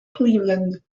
cleveland